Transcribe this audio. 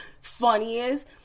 funniest